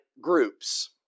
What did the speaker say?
groups